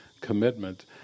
commitment